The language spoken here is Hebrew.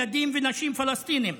ילדים ונשים פלסטינים.